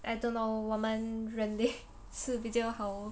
I don't know 我们人类是比较好